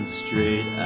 straight